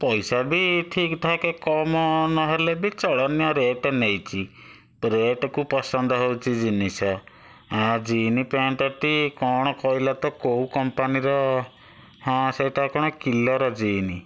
ପଇସା ବି ଠିକ୍ ଠାକ୍ କମ୍ ନହେଲେ ବି ଚଳଣୀୟ ରେଟ୍ ନେଇଛି ରେଟ୍କୁ ପସନ୍ଦ ହେଉଛି ଜିନିଷ ଜିନ୍ସ ପ୍ୟାଣ୍ଟଟି କ'ଣ କହିଲା ତ କେଉଁ କମ୍ପାନୀର ହଁ ସେଇଟା କ'ଣ କିଲର୍ ଜିନ୍ସ